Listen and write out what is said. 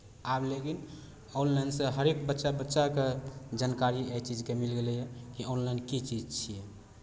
आब लेकिन ऑनलाइनसँ हरेक बच्चा बच्चाकेँ जानकारी एहि चीजके मिल गेलैए कि ऑनलाइन की चीज छियै